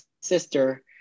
sister